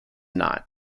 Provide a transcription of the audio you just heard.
not